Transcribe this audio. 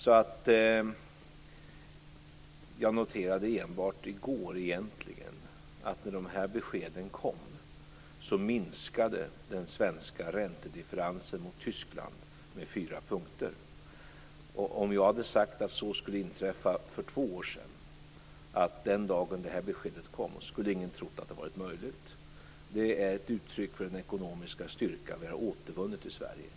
I går noterade jag egentligen enbart att den svenska räntedifferensen gentemot Tyskland minskade med fyra punkter när de här beskeden kom. Om jag för två år sedan hade sagt att detta skulle inträffa den dag beskeden kom, skulle ingen ha trott att det varit möjligt. Det är ett uttryck för den ekonomiska styrka som vi har återvunnit i Sverige.